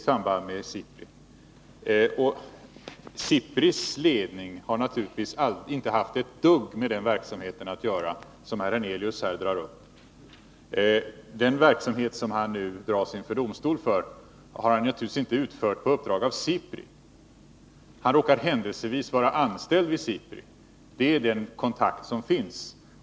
SIPRI:s ledning har naturligtvis inte haft ett dyft att göra med den verksamhet som herr Hernelius anspelar på. Den verksamhet som forskaren nu dras inför domstol för har han naturligtvis inte utfört på uppdrag av SIPRI. Han råkade händelsevis vara anställd vid SIPRI — det är det samband som finns.